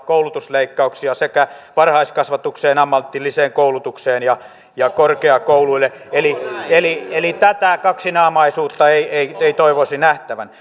koulutusleikkauksia varhaiskasvatukseen ammatilliseen koulutukseen ja ja korkeakouluille eli eli tätä kaksinaamaisuutta ei toivoisi nähtävän